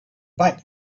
back